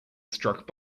struck